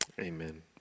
amen